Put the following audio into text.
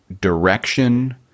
direction